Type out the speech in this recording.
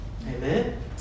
amen